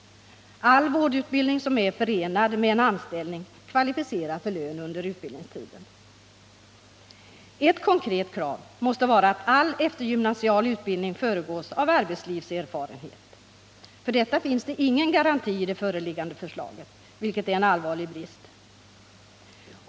All vårdutbildning som är förenad med en anställning kvalificerar för lön under Ett konkret krav måste vara att all eftergymnasial utbildning föregås av arbetslivserfarenhet. För detta finns det ingen garanti i det föreliggande förslaget, vilket är en allvarlig brist.